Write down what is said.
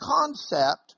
concept